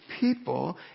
people